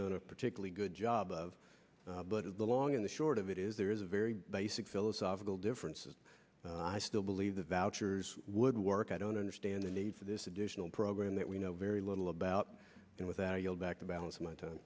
done a particularly good job of but along in the short of it is there is a very basic philosophical differences i still believe the vouchers would work i don't understand the need for this additional program that we know very little about and without yield back the balance of my time